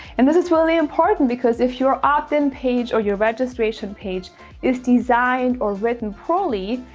and this is really important because if your opt in page or your registration page is designed or written properly,